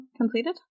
completed